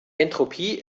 entropie